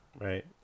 Right